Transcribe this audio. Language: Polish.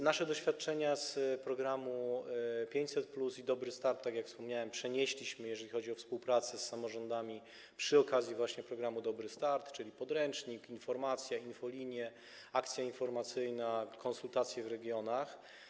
Nasze doświadczenia z programu 500+, tak jak wspomniałem, przenieśliśmy, jeżeli chodzi o współpracę z samorządami, właśnie do programu „Dobry start”, czyli podręcznik, informacja, infolinie, akcja informacyjna, konsultacje w regionach.